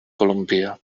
columbia